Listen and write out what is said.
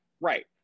Right